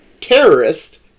terrorist